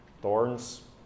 Thorns